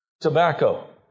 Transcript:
tobacco